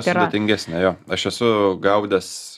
sudėtingesnė jo aš esu gaudęs